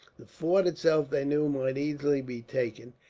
the fort itself, they knew, might easily be taken,